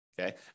Okay